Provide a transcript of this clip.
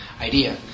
idea